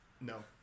No